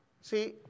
See